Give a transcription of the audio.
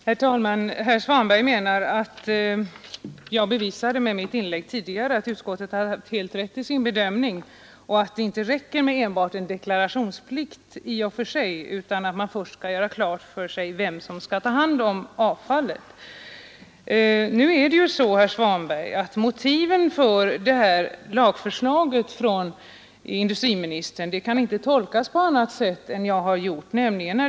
Herr talman! Herr Svanberg menar att jag med mitt tidigare inlägg bevisade att utskottet haft rätt i sin bedömning och att det inte räcker med enbart en deklarationsplikt utan att man först måste göra klart för sig vem som skall ta hand om avfallet. Motiven för industriministerns lagförslag kan, herr Svanberg, inte tolkas på annat sätt än jag har gjort.